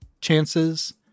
chances